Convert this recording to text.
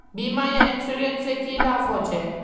बीमा या इंश्योरेंस से की लाभ होचे?